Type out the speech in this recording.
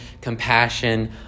compassion